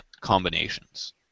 combinations